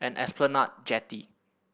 and Esplanade Jetty